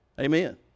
Amen